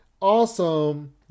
awesome